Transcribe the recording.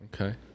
okay